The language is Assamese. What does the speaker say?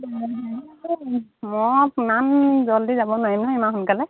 মই ইমান জল্দি যাব নোৱাৰিম নহয় ইমান সোনকালে